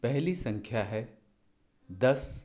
पहली संख्या है दस